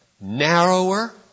narrower